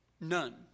None